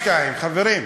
משפט סיכום.